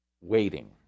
waiting